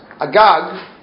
Agag